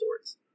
sorts